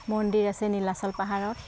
মন্দিৰ আছে নীলাচল পাহাৰত